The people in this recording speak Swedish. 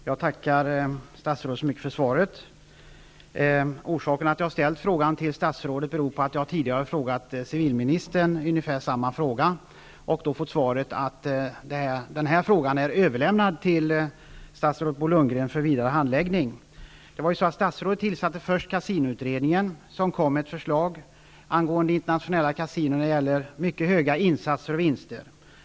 Fru talman! Jag tackar statsrådet så mycket för svaret. Orsaken till att jag har ställt frågan till statsrådet är att jag tidigare har ställt ungefär samma fråga till civilminister. Jag fick då svaret att frågan är överlämnad till statsrådet Bo Lundgren för vidare handläggning. Statsrådet tillsatte först kasinoutredningen som kom med ett förslag amgående internationella kasinon när det gäller mycket höga insatser och vinster.